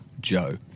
Joe